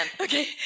Okay